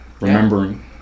remembering